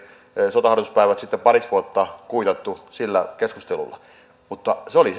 sotaharjoituspäivät oli sitten pariksi vuodeksi kuitattu sillä keskustelulla mutta se oli